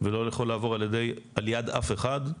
ולא יכול לעבור על יד אף אחד.